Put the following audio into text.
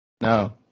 No